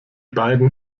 beiden